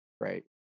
Right